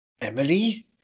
Emily